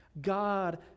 God